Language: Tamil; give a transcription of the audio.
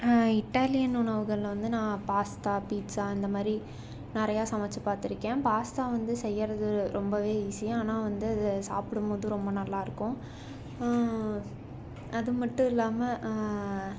இட்டாலியன் உணவுகளில் வந்து நான் பாஸ்தா பீட்சா அந்த மாதிரி நிறையா சமைச்சி பார்த்துருக்கேன் பாஸ்தா வந்து செய்கிறது ரொம்பவே ஈஸி ஆனால் வந்து சாப்பிடும் போதும் ரொம்ப நல்லா இருக்கும் அது மட்டும் இல்லாமல்